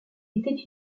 était